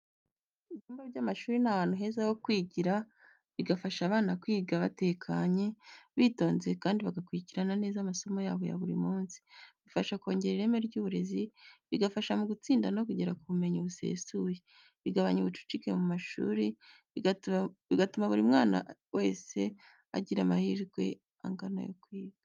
Ibyumba by’amashuri ni ahantu heza ho kwigira, bigafasha abana kwiga batekanye, bitonze kandi bagakurikirana neza amasomo yabo ya buri munsi. Bifasha kongera ireme ry’uburezi, bigafasha mu gutsinda no kugera ku bumenyi busesuye. Bigabanya ubucucike mu mashuri, bigatuma buri mwana agira amahirwe angana yo kwiga.